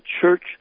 church